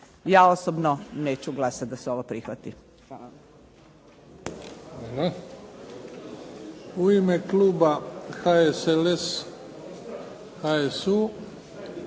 Ja osobno neću glasati da se ovo prihvati.